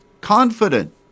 Confident